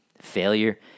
Failure